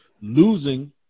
losing